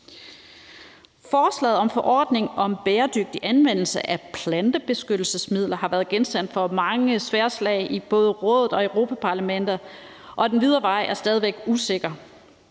Forslaget om forordning om bæredygtig anvendelse af plantebeskyttelsesmidler har været genstand for mange sværdslag i både Rådet og Europa-Parlamentet, og den videre vej er stadig væk usikker.